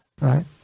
right